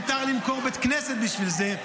מותר למכור בית כנסת בשביל זה,